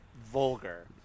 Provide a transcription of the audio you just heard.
vulgar